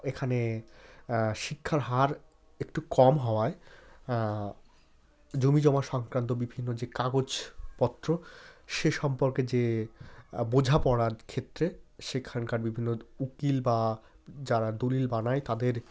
এখানে শিক্ষার হার একটু কম হওয়ায় জমিজমা সংক্রান্ত বিভিন্ন যে কাগজ পত্র সে সম্পর্কে যে বোঝাপড়ার ক্ষেত্রে সেখানকার বিভিন্ন উকিল বা যারা দলিল বানায় তাদের